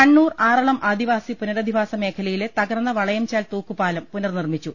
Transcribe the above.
കണ്ണൂർ ആറളം ആദിവാസി പുനരധിവാസ മേഖലയിലെ തകർന്ന വളയംചാൽ തൂക്കുപാലം പുനർ നിർമ്മിച്ചു